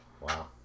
Wow